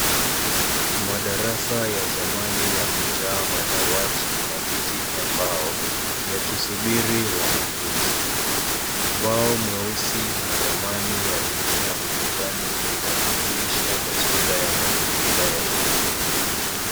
Madarasa ya zamani yamejaa madawati na viti vya mbao yakisubiri wanafunzi. Ubao mweusi na ramani ya dunia ukutani vinakamilisha taswira ya mazingira ya kujifunza.